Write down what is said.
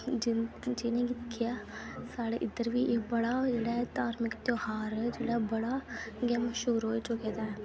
जिनें जिनेंगी दिखियै साढ़ै इधर बी बड़ा जेह्ड़ा ऐ इक धार्मिक त्योहार जेह्ड़ा बड़ा शुरू होई चुके दा ऐ